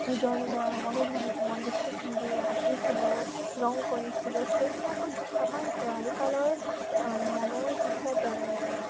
নিজৰ নিজৰ মনোভ দৃষ্টিভংগীৰে আঁকিছিলোঁ ৰং কৰিছিলোঁ সেইবিলাকত আমাৰ ল'ৰালি কালৰ মনৰ যিবিলাক